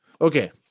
okay